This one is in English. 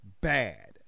bad